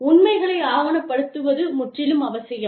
உண்மைகளை ஆவணப்படுத்துவது முற்றிலும் அவசியம்